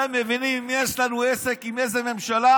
אתם מבינים עם מי יש לנו עסק, עם איזו ממשלה?